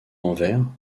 envers